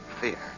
fear